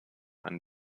einen